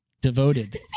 devoted